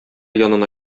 янына